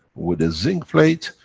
with a zinc plate,